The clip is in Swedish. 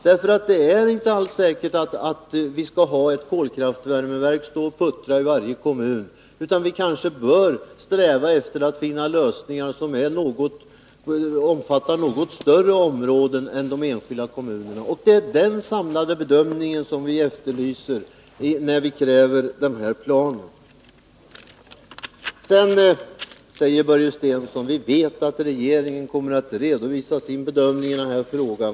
Det är inte alls säkert att vi skall ha ett kolkraftvärmeverk stå och puttra i varje kommun, utan vi kanske bör sträva efter att finna lösningar som omfattar något större områden än de enskilda kommunerna. Och det är den samlade bedömningen som vi efterlyser, när vi kräver den här planen. Börje Stensson säger: Vi vet att regeringen kommer att redovisa sin bedömning av frågan.